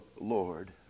Lord